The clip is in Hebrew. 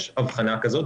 יש אבחנה כזאת,